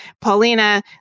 Paulina